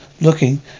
looking